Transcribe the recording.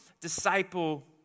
disciple